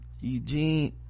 Eugene